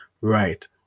Right